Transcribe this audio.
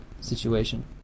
situation